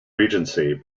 regency